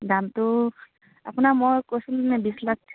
দামটো আপোনাৰ মই কৈছিলোঁ নে বিছ লাখ